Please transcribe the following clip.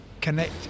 connect